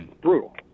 Brutal